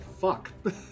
Fuck